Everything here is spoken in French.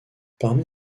parmi